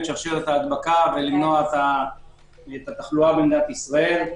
שרשרת ההדבקה ולמנוע את התחלואה במדינת ישראל.